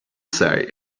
say